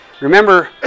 Remember